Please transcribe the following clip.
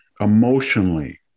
emotionally